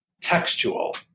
textual